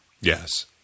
yes